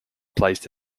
placed